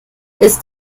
ist